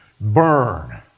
burn